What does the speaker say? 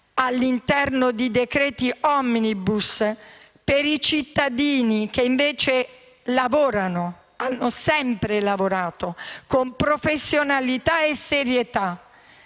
all'interno di decreti *omnibus* per i cittadini che invece lavorano, hanno sempre lavorato con professionalità e serietà?